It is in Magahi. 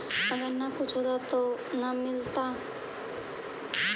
अगर न कुछ होता तो न मिलता?